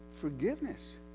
forgiveness